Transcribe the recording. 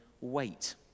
weight